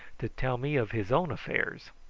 to tell me of his own affairs.